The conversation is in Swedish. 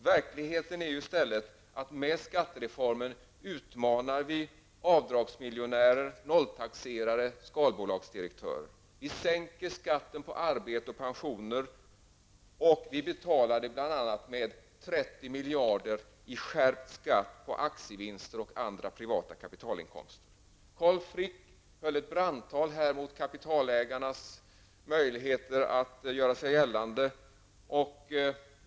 Verkligheten är tvärtom att vi med skattereformen utmanar avdragsmiljonärer, nolltaxerare och skalbolagsdirektörer. Vi sänker skatten på arbete och pensioner och betalar detta bl.a. med 30 Carl Frick höll ett brandtal mot kapitalägarnas möjligheter att göra sig gällande.